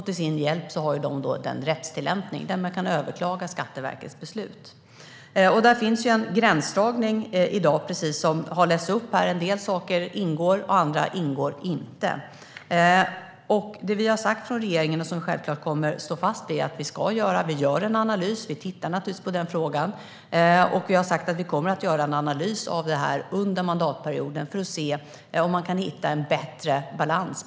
Till sin hjälp har de rättstillämpningen, och Skatteverkets beslut kan överklagas. Där finns en gränsdragning i dag, precis som har tagits upp här. En del saker ingår, och andra ingår inte. Det som vi har sagt från regeringen, och som vi självklart kommer att stå fast vid, är att vi ska göra en analys. Vi tittar naturligtvis på denna fråga. Vi har sagt att vi kommer att göra en analys av detta under mandatperioden för att se om det går att hitta en bättre balans.